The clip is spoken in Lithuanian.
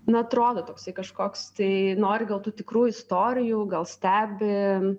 na atrodo toksai kažkoks tai nori gal tų tikrų istorijų gal stebi